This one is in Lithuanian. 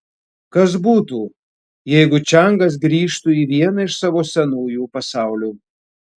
kas būtų jeigu čiangas grįžtų į vieną iš savo senųjų pasaulių